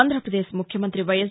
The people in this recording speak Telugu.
ఆంధ్రప్రదేశ్ ముఖ్యమంత్రి వైఎస్